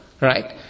right